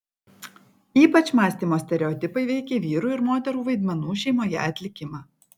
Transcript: ypač mąstymo stereotipai veikė vyrų ir moterų vaidmenų šeimoje atlikimą